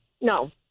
No